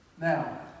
Now